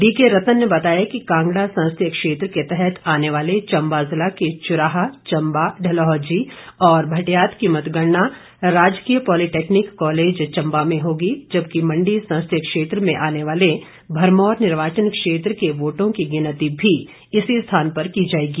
DK Ratan ने बताया कि कांगड़ा संसदीय क्षेत्र के तहत आने वाले चम्बा जिला के चुराह चम्बा डलहौजी और भटियात की मतगणना राजकीय पॉलिटैक्निक कॉलेज चम्बा में होगी जबकि मण्डी संसदीय क्षेत्र में आने वाले भरमौर निर्वाचन क्षेत्र के वोटों की गिनती भी इसी स्थान पर की जाएगी